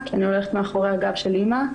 כי אני הולכת מאחורי הגב של אימא.